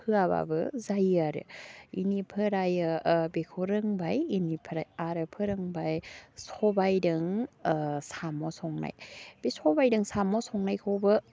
होआबाबो जायो आरो बिनिफ्रायो बेखौ रोंबाय एनिफ्राय आरो फोरोंबाय सबाइजों साम' संनाय बे सबाइदों साम' संनायखौबो